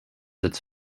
its